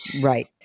right